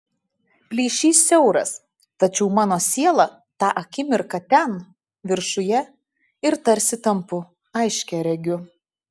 plyšys siauras tačiau mano siela tą akimirką ten viršuje ir tarsi tampu aiškiaregiu